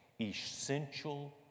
essential